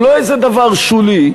הוא לא איזה דבר שולי,